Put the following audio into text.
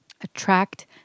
attract